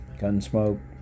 Gunsmoke